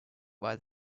why